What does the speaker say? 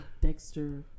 Dexter